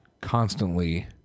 constantly